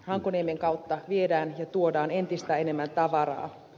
hankoniemen kautta viedään ja tuodaan entistä enemmän tavaraa